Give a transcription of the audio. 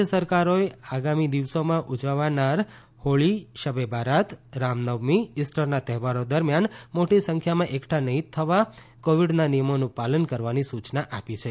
રાજય સરકારોએ આગામી દિવસોમાં ઉજવાનાર હોળી શબે બારાત રામનવમી ઇસ્ટરના તહેવારો દમિથાન મોટી સંખ્યામાં એકઠા નહી થવા કોવીડના નિયમોનું પાલન કરવાની સુયના આપી છે